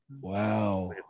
Wow